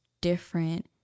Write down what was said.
different